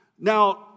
Now